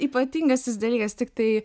ypatingas tas dalykas tiktai